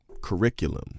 curriculum